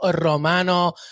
Romano